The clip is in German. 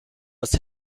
als